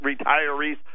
retiree's